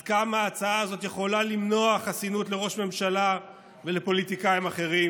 עד כמה ההצעה הזאת יכולה למנוע חסינות לראש ממשלה ולפוליטיקאים אחרים,